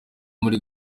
muri